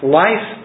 life